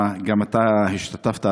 גם אתה השתתפת,